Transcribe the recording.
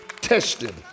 tested